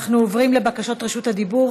אנחנו עוברים לבקשות רשות הדיבור.